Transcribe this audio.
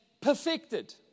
perfected